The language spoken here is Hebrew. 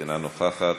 אינה נוכחת,